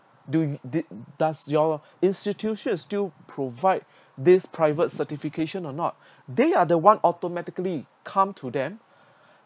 do did does your institutions is still provide this private certification or not they are the one automatically come to them